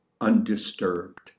undisturbed